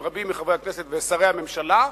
עם רבים מחברי הכנסת ושרי הממשלה,